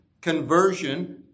conversion